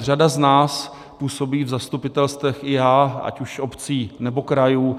Řada z nás působí v zastupitelstvech, i já, ať už obcí, nebo krajů.